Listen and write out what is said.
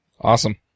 Awesome